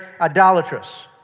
idolatrous